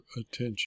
attention